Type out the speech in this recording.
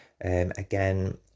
again